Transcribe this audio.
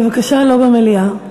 בבקשה לא במליאה.